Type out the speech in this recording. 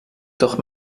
toch